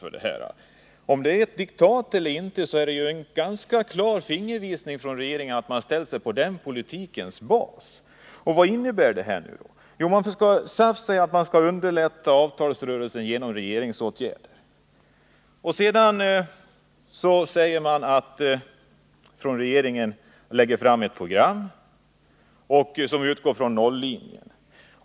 Vare sig talet om ”i stort sett oförändrade villkor” är ett diktat eller inte så är det en ganska klar fingervisning från regeringen att den ställer sig på den politikens bas. Vad innebär detta? SAF säger att avtalsrörelsen skall underlättas genom regeringsåtgärder. Sedan lägger regeringen fram ett program som utgår från nolläget.